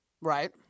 right